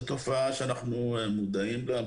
זו תופעה שאנחנו מודעים לה.